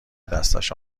دستش